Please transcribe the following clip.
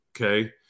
Okay